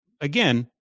again